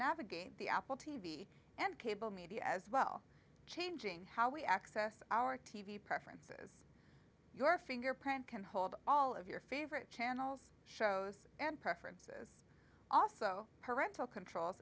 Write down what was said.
navigate the apple t v and cable media as well changing how we access our t v preferences your fingerprint can hold all of your favorite channels shows and preferences also parental controls